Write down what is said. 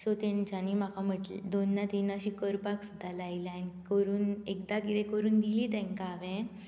so तेंच्यानी म्हाका म्हटले दोनदा तिनदा अशें करपाक सुद्दां लायल्या करून एकदा कितें करून दिलीं तांकां हांवें